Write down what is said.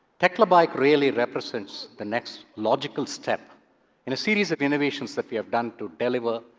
techlabike really represents the next logical step in a series of innovations that we have done to deliver